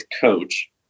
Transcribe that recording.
coach